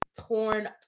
torn